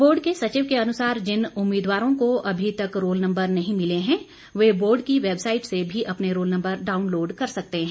board के सचिव के अनुसार जिन उम्मीदवारों को अभी तक रोल नम्बर नहीं मिले हैं वे बोर्ड की वेबसाइट से भी अपने रोल नम्बर डाउनलोड कर सकते हैं